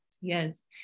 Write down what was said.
Yes